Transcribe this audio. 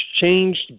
changed